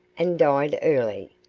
and died early,